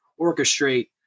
orchestrate